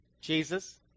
Jesus